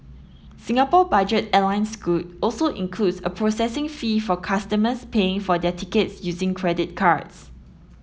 Singapore budget airline Scoot also includes a processing fee for customers paying for their tickets using credit cards